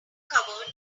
covered